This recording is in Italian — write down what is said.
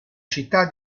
città